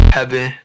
Heaven